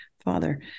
Father